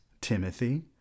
Timothy